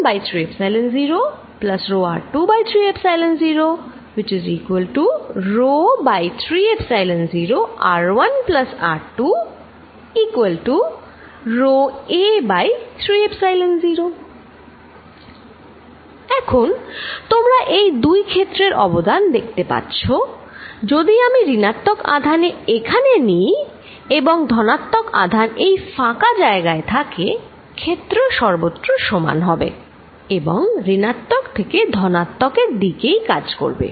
এখন তোমরা এই দুই ক্ষেত্রের অবদান দেখতে পাচ্ছ যদি আমি ঋণাত্মক আধান এখানে নেই এবং ধনাত্মক আধান এই ফাঁকা জায়গায় থাকে ক্ষেত্র সর্বত্র সমান হবে এবং ঋণাত্মক থেকে ধনাত্মক এর দিকে কাজ করবে